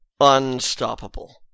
unstoppable